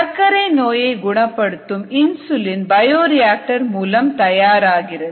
சர்க்கரை நோயை குணப்படுத்தும் இன்சுலின் பயோரியாக்டர் மூலம் தயாராகிறது